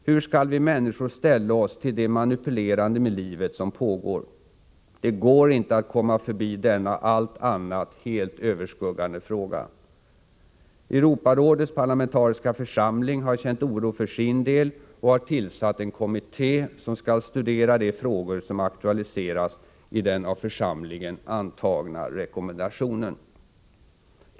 Hur skall vi människor ställa oss till det manipulerande med livet som pågår? Det går inte att komma förbi denna allt annat helt överskuggande fråga. Europarådets parlamentariska församling har känt oro för sin del och har tillsatt en kommitté som skall studera de frågor som aktualiseras i den av församlingen antagna rekommendationen.